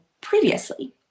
previously